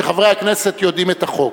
שחברי הכנסת יודעים את החוק.